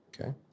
Okay